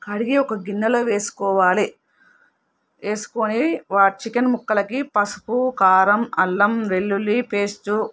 కడిగి ఒక గిన్నెలో వేసుకోవాలి వేసుకుని చికెన్ ముక్కలకి పసుపు కారం అల్లం వెల్లుల్లి పేస్టు